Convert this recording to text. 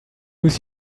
use